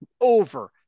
over